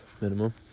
minimum